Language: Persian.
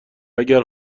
اگر